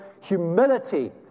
Humility